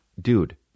dude